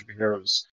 superheroes